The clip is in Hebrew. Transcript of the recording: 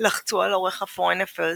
לחצו על עורך ה"פוריין אפיירס",